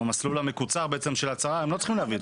-- ובמסלול המקוצר של ההצהרה הם לא צריכים להביא את כולם.